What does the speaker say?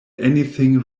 anything